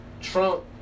Trump